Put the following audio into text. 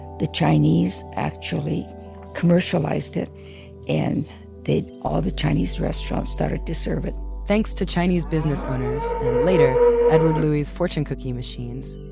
the chinese actually commercialized it and all the chinese restaurants started to serve it thanks to chinese business owners and later edward louie's fortune cookie machines,